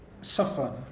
suffer